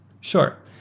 Sure